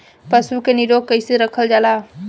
पशु के निरोग कईसे रखल जाला?